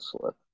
slip